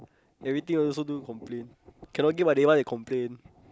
everything also do complain cannot get what they want they complain